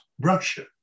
Russia